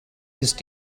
ist